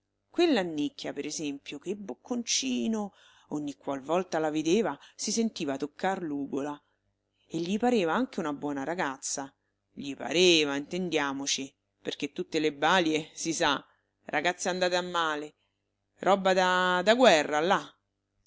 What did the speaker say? donnine quell'annicchia per esempio che bocconcino ogni qualvolta la vedeva si sentiva toccar l'ugola e gli pareva anche una buona ragazza gli pareva intendiamoci perché tutte le balie si sa ragazze andate a male roba da da guerra là